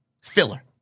Filler